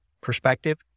perspective